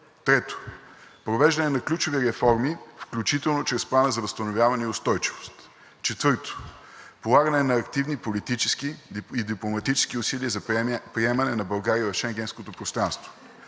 3. Провеждане на ключови реформи, включително чрез Плана за възстановяване и устойчивост. 4. Полагане на активни политически и дипломатически усилия за приемане на България в Шенгенското пространство.